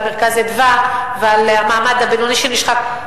"מרכז אדוה" ועל המעמד הבינוני שנשחק.